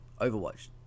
Overwatch